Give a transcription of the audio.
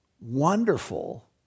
wonderful